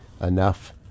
enough